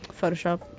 Photoshop